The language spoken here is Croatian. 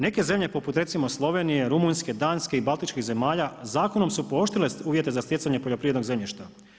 Neke zemlje poput recimo Slovenije, Rumunjske, Danske i Baltičkih zemalja zakonom su pooštrile uvjete za stjecanje poljoprivrednog zemljišta.